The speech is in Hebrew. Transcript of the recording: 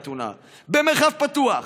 במרחב פתוח.